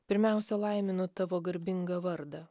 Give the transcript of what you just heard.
pirmiausia laiminu tavo garbingą vardą